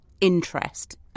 interest